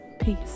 Peace